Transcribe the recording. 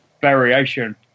variation